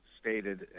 stated